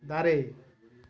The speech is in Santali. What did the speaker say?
ᱫᱟᱨᱮ